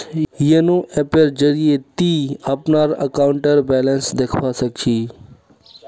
YONO ऐपेर जरिए ती अपनार अकाउंटेर बैलेंस देखवा सख छि